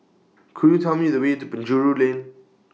Could YOU Tell Me The Way to Penjuru Lane